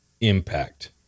impact